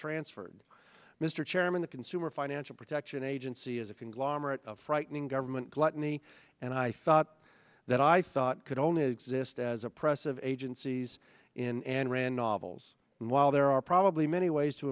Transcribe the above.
transferred mr chairman the consumer financial protection agency is a conglomerate of frightening government gluttony and i thought that i thought could only exist as oppressive agencies in and ran novels and while there are probably many ways to